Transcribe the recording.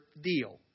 deal